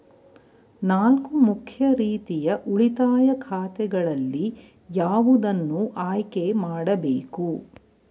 ನಾಲ್ಕು ಮುಖ್ಯ ರೀತಿಯ ಉಳಿತಾಯ ಖಾತೆಗಳಲ್ಲಿ ಯಾವುದನ್ನು ಆಯ್ಕೆ ಮಾಡಬೇಕು?